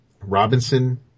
robinson